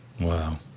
wow